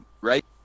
right